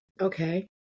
Okay